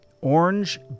orange